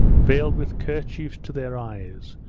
veiled with kerchiefs to their eyes,